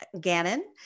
Gannon